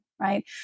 right